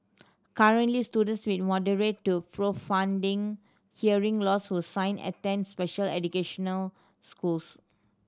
currently students with moderate to profounding hearing loss who sign attend special educational schools